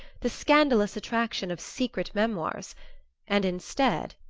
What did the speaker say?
the scandalous attraction of secret memoirs and instead,